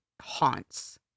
haunts